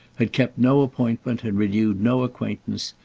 had kept no appointment and renewed no acquaintance,